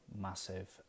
massive